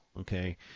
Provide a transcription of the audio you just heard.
okay